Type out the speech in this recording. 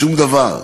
שום דבר.